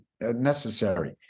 necessary